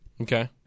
Okay